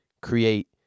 create